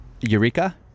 eureka